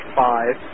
five